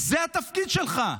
זה התפקיד שלך.